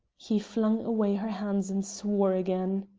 he flung away her hands and swore again.